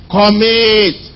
commit